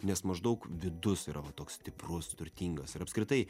nes maždaug vidus yra va toks stiprus turtingas ir apskritai